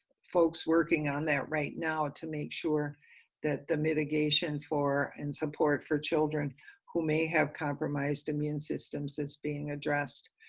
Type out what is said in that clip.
folks working on that right now to make sure that the mitigation for and support for children who may have compromised immune systems is being addressed.